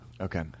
Okay